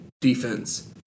defense